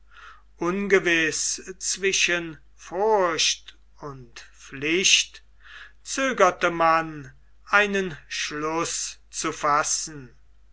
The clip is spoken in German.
ungewiß zwischen furcht und pflicht zögerte man einen schluß zu fassen